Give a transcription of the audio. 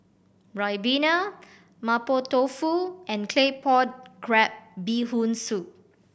ribena Mapo Tofu and Claypot Crab Bee Hoon Soup